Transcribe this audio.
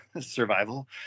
survival